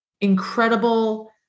incredible